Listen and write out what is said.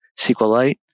SQLite